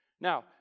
Now